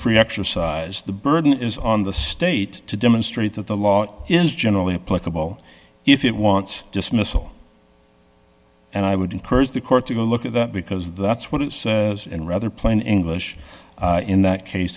free exercise the burden is on the state to demonstrate that the law is generally applicable if it wants dismissal and i would encourage the court to go look at that because that's what it is and rather plain english in that case